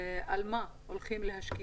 על מה הולכים להשקיע.